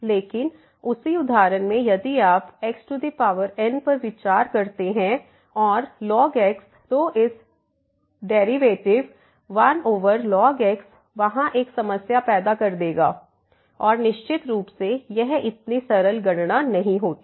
लेकिन उसी उदाहरण में यदि आप xn पर विचार करते है और lnx तो इस डेरिवेटिव 1ln x वहाँ एक समस्या पैदा कर देगा और निश्चित रूप से यह इतनी सरल गणना नहीं होती